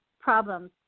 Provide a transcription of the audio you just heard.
problems